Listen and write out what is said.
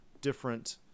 different